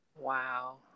Wow